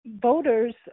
voters